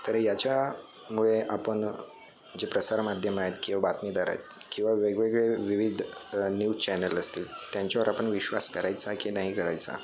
तर याच्यामुळे आपण जे प्रसार माध्यमं आहेत किंवा बातमीदार आहेत किंवा वेगवेगळे विविध न्यूज चॅनल असतील त्यांच्यावर आपण विश्वास करायचा की नाही करायचा